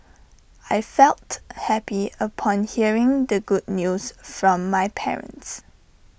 I felt happy upon hearing the good news from my parents